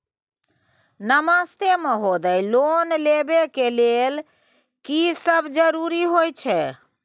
नमस्ते महोदय, लोन लेबै के लेल की सब जरुरी होय छै?